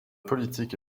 politique